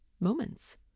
moments